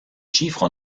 chiffres